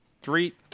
Three